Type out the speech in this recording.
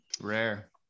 rare